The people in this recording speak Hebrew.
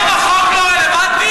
והסיפור הזה שבו אנחנו כולנו בעד,